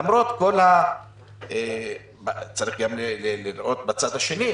למרות שצריך לראות גם את הצד השני,